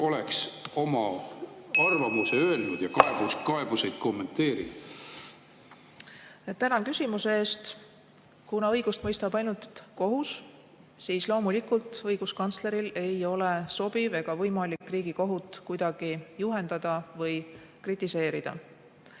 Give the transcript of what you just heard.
oleks oma arvamuse öelnud ja kaebusi kommenteerinud. Tänan küsimuse eest! Kuna õigust mõistab ainult kohus, siis loomulikult ei ole õiguskantsleril sobiv ega võimalik Riigikohut kuidagi juhendada või kritiseerida.